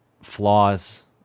flaws